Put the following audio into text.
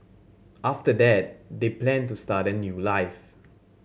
after that they planned to start a new life